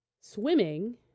swimming